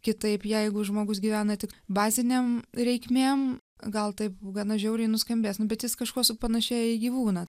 kitaip jeigu žmogus gyvena tik bazinėm reikmėm gal taip gana žiauriai nuskambės nu bet jis kažkuo supanašėja į gyvūną